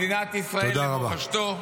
מדינת ישראל, למורשתו.